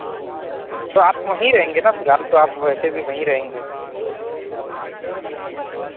تو آپ وہیں رہیں گے نا فی الحال تو آپ ویسے بھی وہیں رہیں گے